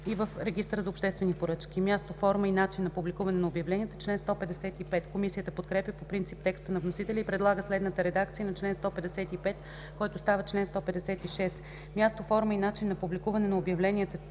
и РОП.” Член 155 – „Място, форма и начин на публикуване на обявленията”. Комисията подкрепя по принцип текста на вносителя и предлага следната редакция на чл. 155, който става чл. 156: „Място, форма и начин на публикуване на обявленията